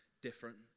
different